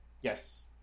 Yes